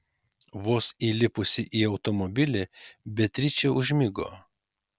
vos įlipusi į automobilį beatričė užmigo